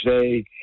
say